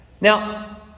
Now